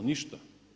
Ništa.